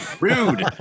Rude